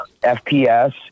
fps